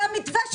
זה המתווה שלכם.